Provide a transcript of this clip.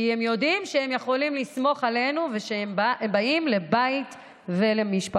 כי הם יודעים שהם יכולים לסמוך עלינו ושהם באים לבית ולמשפחה.